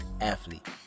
athlete